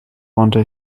wander